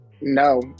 no